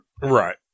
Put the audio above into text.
Right